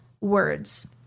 words